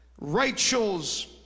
Rachel's